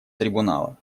трибунала